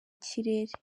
kirere